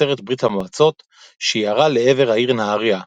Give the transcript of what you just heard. מתוצרת ברית המועצות שירה לעבר העיר נהריה,